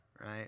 right